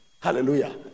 Hallelujah